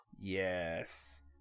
Yes